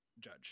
judge